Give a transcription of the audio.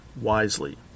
wisely